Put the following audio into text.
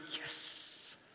Yes